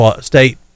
state